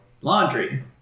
laundry